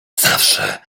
zawsze